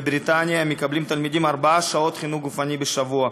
בבריטניה התלמידים מקבלים ארבע שעות חינוך גופני בשבוע,